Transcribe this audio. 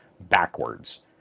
backwards